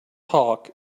talk